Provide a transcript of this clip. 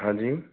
हाँ जी